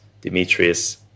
Demetrius